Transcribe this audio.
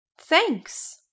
Thanks